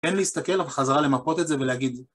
אין להסתכל, אבל חזרה למפות את זה ולהגיד